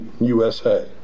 USA